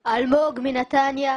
אלמוג מנתניה.